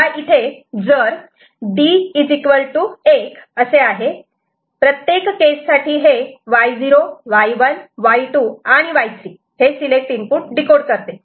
जर इथे D 1 आहे आणि प्रत्येक केस साठी हे Y0 Y1 Y2 आणि Y3 सिलेक्ट इनपुट डीकोड करते